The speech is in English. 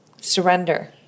Surrender